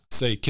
say